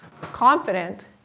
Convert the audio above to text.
confident